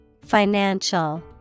Financial